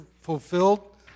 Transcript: fulfilled